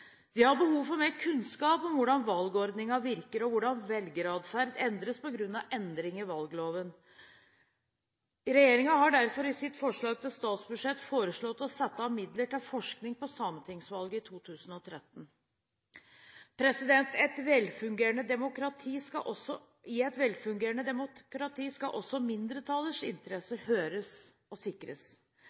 Vi har behov for mer kunnskap om hvordan valgordningen virker, og hvordan velgeratferd endres på grunn av endringer i valgordningen. Regjeringen har derfor i sitt forslag til statsbudsjett foreslått å sette av midler til forskning på sametingsvalget i 2013. I et velfungerende demokrati skal også mindretallets interesser høres og sikres.